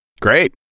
Great